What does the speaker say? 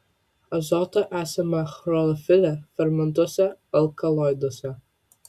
azoto esama chlorofile fermentuose alkaloiduose